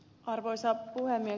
arvoisa puhemies